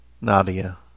Nadia